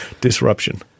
disruption